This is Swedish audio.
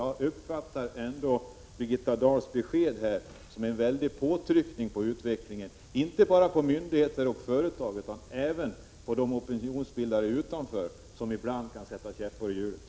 Jag uppfattar Birgitta Dahls besked här som en stark påtryckning på utvecklingen inte bara när det gäller myndigheter och företag utan även de utanförstående opinionsbildare som ibland kan sätta käppar i hjulet.